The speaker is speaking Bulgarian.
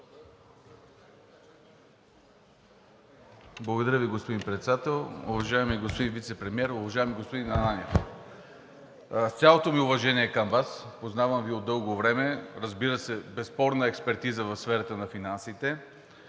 Благодаря Ви, господин Председател. Уважаеми господин Вицепремиер! Уважаеми господин Ананиев, с цялото ми уважение към Вас – познавам Ви от дълго време, разбира се, безспорна експертиза в сферата на финансите,